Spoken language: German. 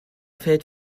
fällt